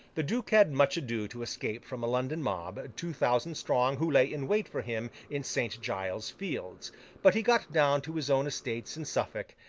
the duke had much ado to escape from a london mob, two thousand strong, who lay in wait for him in st. giles's fields but, he got down to his own estates in suffolk,